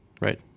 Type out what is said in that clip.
right